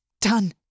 done